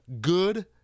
good